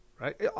right